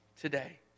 today